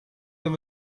them